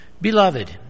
Beloved